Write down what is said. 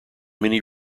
many